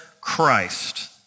Christ